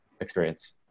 experience